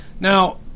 Now